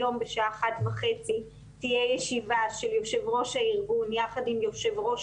היום בשעה 13:30 תהיה ישיבה של יושב-ראש הארגון יחד עם יושב-ראש